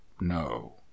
no